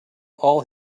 all